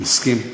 אני מסכים.